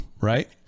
right